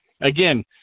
again